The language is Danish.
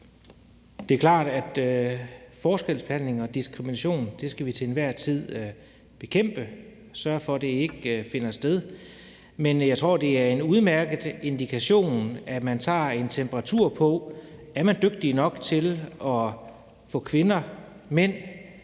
Det er klart, at forskelsbehandling og diskrimination skal vi til enhver tid bekæmpe og sørge for ikke finder sted. Men jeg tror, det er en udmærket indikation, at man tager en temperatur på, om man er dygtig nok til at få kvinder og mænd